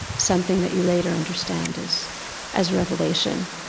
something that you later understand is as revelation